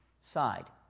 side